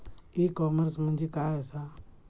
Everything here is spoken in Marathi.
ई कॉमर्स म्हणजे काय असा?